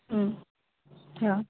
હમ હા